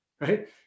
right